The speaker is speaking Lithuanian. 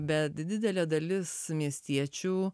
bet didelė dalis miestiečių